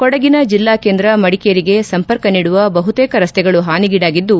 ಕೊಡಗಿನ ಜಿಲ್ಲಾ ಕೇಂದ್ರ ಮಡಕೇರಿಗೆ ಸಂಪರ್ಕ ನೀಡುವ ಬಹುತೇಕ ರಸ್ತೆಗಳು ಹಾನಿಗೀಡಾಗಿದ್ದು